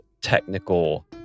technical